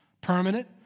Permanent